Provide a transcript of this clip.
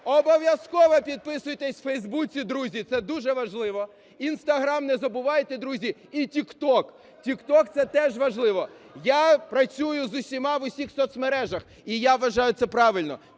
Обов'язково підписуйтесь в фейсбуці, друзі. Це дуже важливо. Інстаграм не забувайте, друзі. І Тік-Ток, Тік-Ток – це теж важливо. Я працюю з усіма в усіх соцмережах. І вважаю, це правильно.